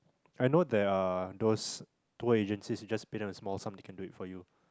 I know there are those tour agencies you just pay a small sum they can it do for you